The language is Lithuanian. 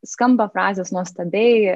skamba frazės nuostabiai